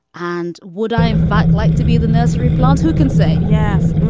and would i, in fact, like to be the nursery plant? who can say? yes,